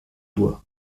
doigt